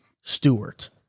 Stewart